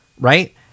right